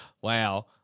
Wow